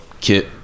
Kit